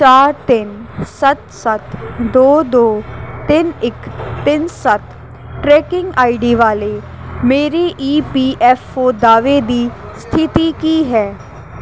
ਚਾਰ ਤਿੰਨ ਸੱਤ ਸੱਤ ਦੋ ਦੋ ਤਿੰਨ ਇੱਕ ਤਿੰਨ ਸੱਤ ਟਰੈਕਿੰਗ ਆਈ ਡੀ ਵਾਲੇ ਮੇਰੇ ਈ ਪੀ ਐੱਫ ਓ ਦਾਅਵੇ ਦੀ ਸਥਿਤੀ ਕੀ ਹੈ